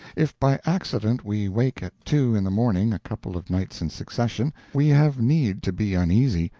if by accident we wake at two in the morning a couple of nights in succession, we have need to be uneasy,